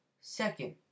second